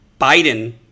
Biden